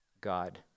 God